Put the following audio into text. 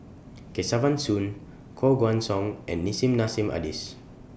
Kesavan Soon Koh Guan Song and Nissim Nassim Adis